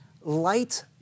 light